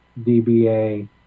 DBA